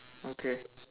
okay